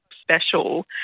special